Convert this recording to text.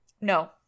No